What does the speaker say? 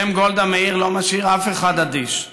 השם גולדה מאיר לא משאיר אף אחד אדיש.